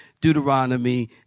Deuteronomy